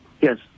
Yes